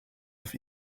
auf